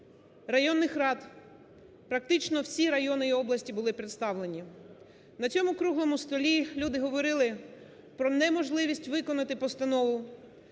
районних рад. Практично всі райони і області були представлені. На цьому круглому столі люди говорили про неможливість виконати постанову,